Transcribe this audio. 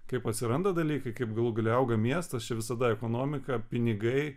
kaip atsiranda dalykai kaip galų gale auga miestas čia visada ekonomika pinigai